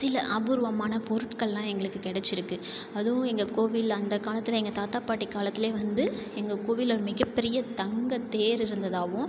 சில அபூர்வமான பொருட்கள்லாம் எங்களுக்கு கிடச்சிருக்கு அதுவும் எங்க கோவில் அந்த காலத்தில் எங்கள் தாத்தா பாட்டி காலத்திலே வந்து எங்கள் கோவிலில் மிகப்பெரிய தங்க தேர் இருந்ததாகவும்